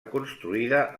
construïda